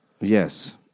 Yes